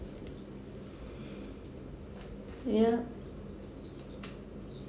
ya